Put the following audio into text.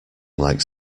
like